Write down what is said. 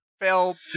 fail